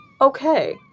Okay